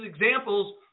examples